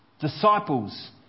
Disciples